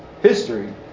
History